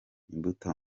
imbuto